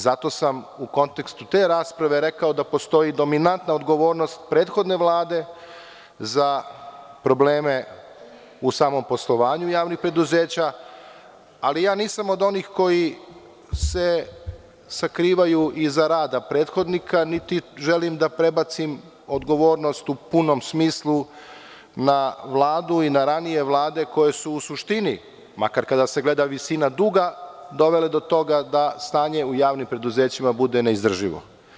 Zato sam u kontekstu te rasprave rekao da postoji dominantna odgovornost prethodne Vlade za probleme u samom poslovanju javnih preduzeća, ali nisam od onih koji se sakrivaju iza rada prethodnika, niti želim da prebacim odgovornost u punom smislu na Vladu i na ranije vlade koje su u suštini, makar kada se gleda visina duga, dovele do toga da stanje u javnim preduzećima bude neizdrživo.